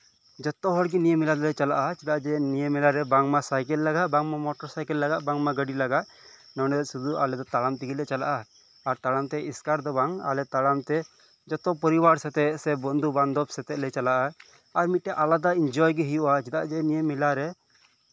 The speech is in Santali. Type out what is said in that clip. ᱡᱚᱛᱚ ᱦᱚᱲᱜᱮ ᱱᱤᱭᱟᱹ ᱢᱮᱞᱟ ᱫᱚᱠᱚ ᱪᱟᱞᱟᱜᱼᱟ ᱪᱮᱫᱟᱜ ᱡᱮ ᱱᱤᱭᱟᱹ ᱢᱮᱞᱟᱨᱮ ᱵᱟᱝᱢᱟ ᱥᱟᱭᱠᱮᱞ ᱞᱟᱜᱟᱜ ᱵᱟᱝᱢᱟ ᱢᱚᱴᱚᱨ ᱥᱟᱭᱠᱮᱞ ᱞᱟᱜᱟᱜ ᱵᱟᱝᱢᱟ ᱜᱟᱹᱰᱤ ᱞᱟᱜᱟᱜ ᱱᱚᱸᱰᱮ ᱥᱩᱫᱷᱩ ᱟᱞᱮ ᱫᱚ ᱛᱟᱲᱟᱢ ᱛᱮᱜᱮᱞᱮ ᱪᱟᱞᱟᱜᱼᱟ ᱟᱨ ᱛᱟᱲᱟᱢᱛᱮ ᱮᱥᱠᱟᱨ ᱫᱚ ᱵᱟᱝ ᱟᱞᱮ ᱛᱟᱲᱟᱢᱛᱮ ᱡᱚᱛᱚ ᱯᱚᱨᱤᱵᱟᱨ ᱥᱟᱛᱮᱜ ᱥᱮ ᱵᱚᱱᱫᱷᱩ ᱵᱟᱱᱫᱷᱚᱵ ᱥᱟᱛᱮᱜ ᱞᱮ ᱪᱟᱞᱟᱜᱼᱟ ᱟᱨ ᱢᱤᱫᱴᱮᱡ ᱟᱞᱟᱫᱟ ᱤᱱᱡᱚᱭ ᱜᱮ ᱦᱩᱭᱩᱜᱼᱟ ᱪᱮᱫᱟᱜ ᱡᱮ ᱱᱤᱭᱟᱹ ᱢᱮᱞᱟᱨᱮ